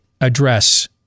address